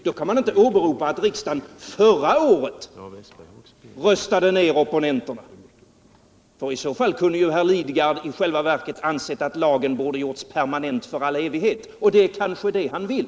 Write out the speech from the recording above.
Då kan man inte åberopa att riksdagen förra året röstade ner opponenterna. I så fall kunde ju herr Lidgard i själva verket ha ansett att lagen borde göras permanent för all evighet — och det är kanske det han vill.